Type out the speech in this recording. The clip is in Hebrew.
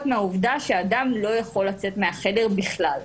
מהעובדה שאדם לא יכול לצאת מהחדר בכלל.